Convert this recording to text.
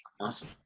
Awesome